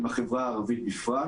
ובחברה הערבית בפרט.